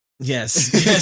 Yes